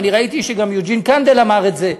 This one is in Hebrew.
אני ראיתי שגם יוג'ין קנדל אמר את זה,